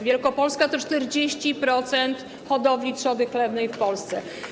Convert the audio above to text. Wielkopolska to 40% hodowli trzody chlewnej w Polsce.